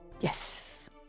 Yes